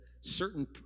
certain